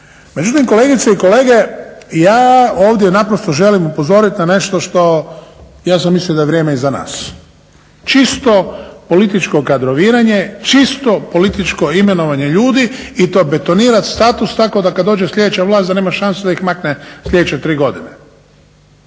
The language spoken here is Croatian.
Međutim, kolegice i kolege ja ovdje naprosto želim upozoriti na nešto što, ja sam mislio da je vrijeme iza nas. Čisto političko kadroviranje, čisto političko imenovanje ljudi i to betonirati status tako da kada dođe sljedeća vlast da nema šanse da ih makne sljedeće tri godine.